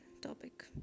topic